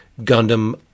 Gundam